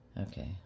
Okay